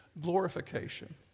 glorification